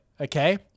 Okay